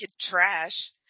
trash